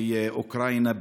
באוקראינה,